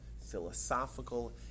philosophical